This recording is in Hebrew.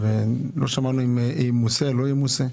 לא שמענו אם זה ימוסה או לא ימוסה.